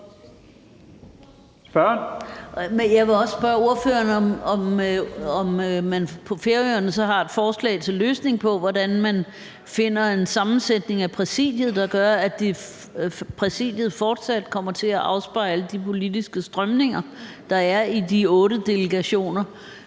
Jeg vil også spørge ordføreren, om man på Færøerne så har et forslag til løsning på, hvordan man finder en sammensætning af Præsidiet, der gør, at Præsidiet fortsat kommer til at afspejle de politiske strømninger, der er i de otte delegationer